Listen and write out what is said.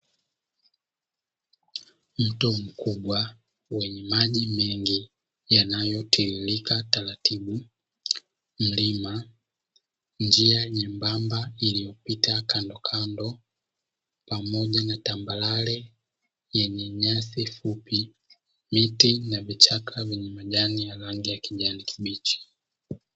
Mto mkubwa wenye maji mengi yanayotiririka taratibu, mlima njia nyembamba iliyopita kandokando pamoja na tambarare yenye nyasi fupi, miti na vichaka vyenye majani yenye rangi ya kijani kibichi.